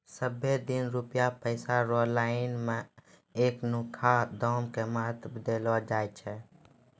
सबहे दिन रुपया पैसा रो लाइन मे एखनुका दाम के महत्व देलो जाय छै